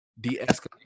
de-escalate